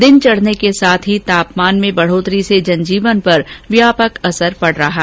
दिन चढने के साथ ही तापमान में बढोतरी से जनजीवन पर व्यापक असर पड रहा है